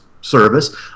service